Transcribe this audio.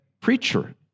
preacher